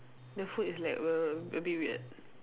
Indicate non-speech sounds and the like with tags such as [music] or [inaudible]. the food is like [noise] a bit weird